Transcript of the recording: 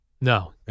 No